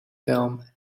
film